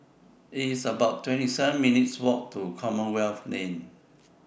It's about twenty seven minutes' Walk to Commonwealth Lane